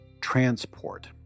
transport